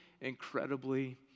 incredibly